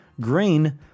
grain